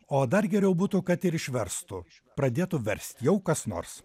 o dar geriau būtų kad ir išverstų pradėtų verst jau kas nors